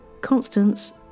Constance